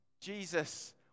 Jesus